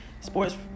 Sports